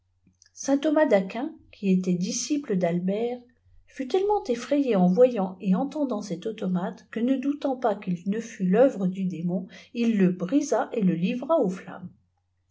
thomas d'aquinqui était disciple d'albert fut tellement effrayé en voyant et entenctant cet automate que ne doutant pas qu'il ne fût l'œuvre du démon il le brisa et le livra aux flammes